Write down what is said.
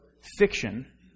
fiction